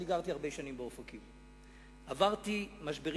גרתי הרבה שנים באופקים, עברתי משברים